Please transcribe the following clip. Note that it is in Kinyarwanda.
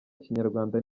kinyarwanda